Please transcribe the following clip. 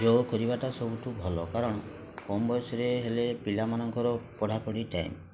ଯୋଗ କରିବାଟା ସବୁଠୁ ଭଲ କାରଣ କମ୍ ବୟସରେ ହେଲେ ପିଲାମାନଙ୍କର ପଢ଼ାପଢ଼ି ଟାଇମ୍